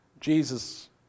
Jesus